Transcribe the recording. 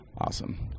Awesome